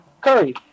Curry